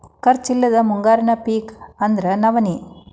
ಖರ್ಚ್ ಇಲ್ಲದ ಮುಂಗಾರಿ ಪಿಕ್ ಅಂದ್ರ ನವ್ಣಿ